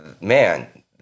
man